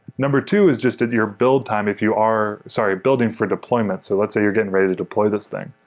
number two is just that your build time, if you are sorry. building for deployment. so let's say you're getting ready to deploy this thing.